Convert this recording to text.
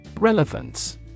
Relevance